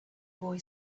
boy